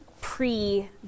pre